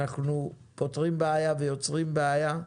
אנחנו פותרים בעיה ויוצרים בעיה.